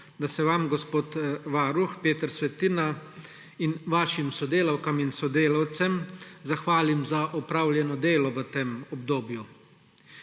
da se vam, gospod varuh Peter Svetina, in vašim sodelavkam in sodelavcem zahvalim za opravljeno delo v tem obdobju.